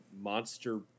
monster